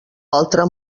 altre